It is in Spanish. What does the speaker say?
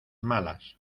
malas